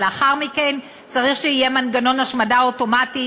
אבל לאחר מכן צריך שיהיה מנגנון השמדה אוטומטי,